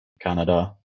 Canada